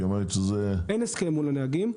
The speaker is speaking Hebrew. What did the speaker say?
אין הסכם מול הנהגים.